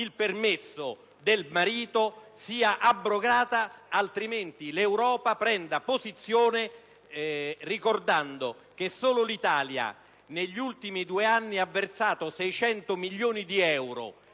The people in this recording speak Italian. il permesso del marito. Che l'Europa prenda posizione, ricordando che solo l'Italia negli ultimi due anni ha versato 600 milioni di euro,